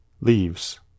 leaves